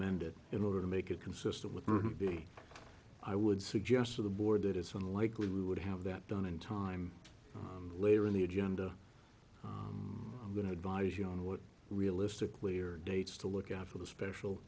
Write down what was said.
amend it in order to make it consistent with b i would suggest to the board that it's unlikely we would have that done in time later in the agenda i'm going to advise you on what realistically or dates to look out for the special